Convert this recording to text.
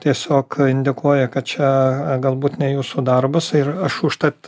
tiesiog indikuoja kad čia galbūt ne jūsų darbas ir aš užtat